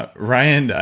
ah ryan, and